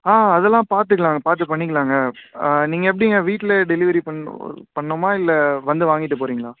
ஆ அதெலாம் பார்த்துக்கலாங்க பார்த்து பண்ணிக்கலாங்க ஆ நீங்கள் எப்படிங்க வீட்டுலையே டெலிவரி பண்ணும் பண்ணும்மா இல்லை வந்து வாங்கிவிட்டு போகறிங்களா